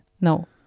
No